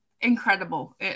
incredible